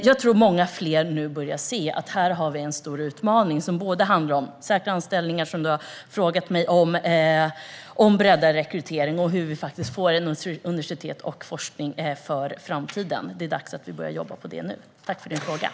Jag tror att många fler ser att det finns en stor utmaning i fråga om säkra anställningar, om breddad rekrytering och universitet och forskning för framtiden. Det är dags att jobba med dessa områden nu.